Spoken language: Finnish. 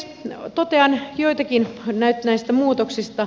totean jotakin nyt näistä muutoksista